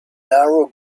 narrow